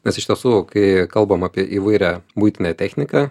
nes iš tiesų kai kalbam apie įvairią buitinę techniką